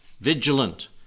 vigilant